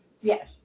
Yes